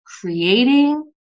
creating